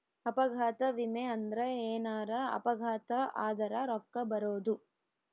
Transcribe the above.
ಅಪಘಾತ ವಿಮೆ ಅಂದ್ರ ಎನಾರ ಅಪಘಾತ ಆದರ ರೂಕ್ಕ ಬರೋದು